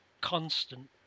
constant